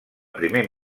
primer